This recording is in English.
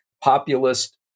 populist